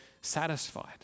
satisfied